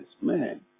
Man